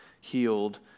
healed